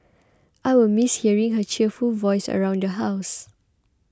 I will miss hearing her cheerful voice around the house